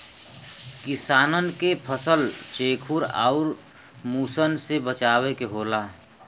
किसानन के फसल चेखुर आउर मुसन से बचावे के होला